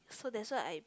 so that's why I